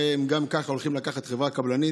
הרי הם גם ככה הולכים לקחת חברה קבלנית,